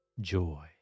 joy